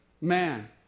man